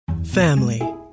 family